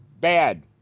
bad